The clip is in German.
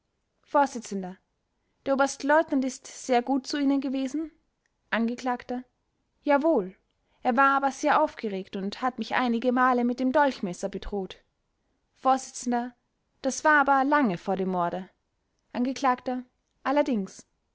vors der oberstleutnant ist sehr gut zu ihnen gewesen angekl jawohl er war aber sehr aufgeregt und hat mich einige male mit dem dolchmesser bedroht vors das war aber lange vor dem morde angekl allerdings